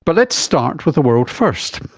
but let's start with a world-first,